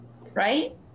right